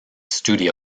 studio